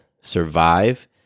survive